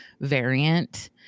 variant